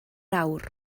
awr